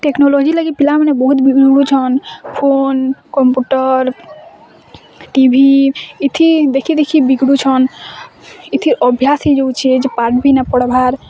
technology ଲାଗି ପିଲାମାନେ ବହୁତ୍ ବିଭିନ୍ନ ପ୍ରକାର ଅଛନ୍ ଫୋନ୍ କମ୍ପୁଟର୍ ଟିଭି ଏଥି ଦେଖି ଦେଖି ବିଗୁଡ଼ୁଛନ୍ ଏଥି ଅଭ୍ୟାସ ହୋଇଯାଉଛି ଯେ ପାଠ୍ ବି ନା ପଢ଼ବାର୍